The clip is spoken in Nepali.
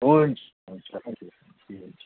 हुन्छ हुन्छ थ्याङ्क्यु